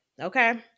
Okay